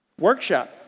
workshop